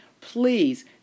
please